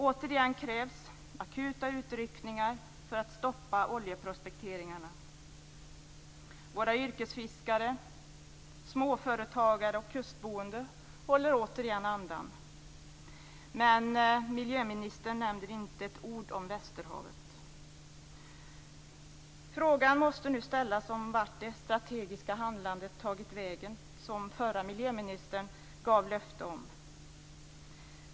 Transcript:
Återigen krävs akuta utryckningar för att stoppa oljeprospekteringarna. Våra yrkesfiskare, småföretagare och kustboende håller återigen andan. Men miljöministern nämner inte ett ord om västerhavet. Frågan måste nu ställas om vart det strategiska handlande som förra miljöministern gav löfte om tagit vägen.